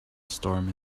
storm